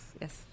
Yes